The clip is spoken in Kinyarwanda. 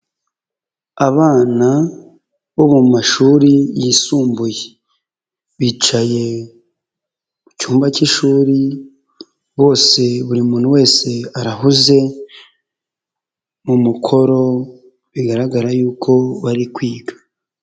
Abana bo mu mashuri yisumbuye bicaye mu cyumba k'ishuri bose buri muntu wese arahuze mu mukoro bigaragara yuko bari kwiga.